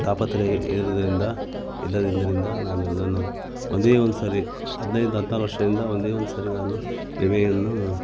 ತಾಪತ್ರಯ ಇರದ್ದರಿಂದ ಇಲ್ಲದಿದ್ದರಿಂದ ನಾನು ಇದನ್ನು ಒಂದೇ ಒಂದು ಸಾರಿ ಹದಿನೈದು ಹದಿನಾರು ವರ್ಷದಿಂದ ಒಂದೇ ಒಂದು ಸಾರಿ ನಾನು ವಿಮೆಯನ್ನು